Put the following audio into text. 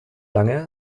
lange